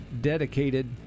dedicated